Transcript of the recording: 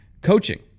Coaching